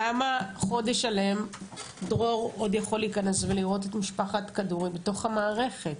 למה חודש שלם דרור עוד יכול להיכנס ולראות את משפחת כדורי בתוך המערכת?